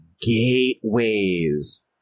gateways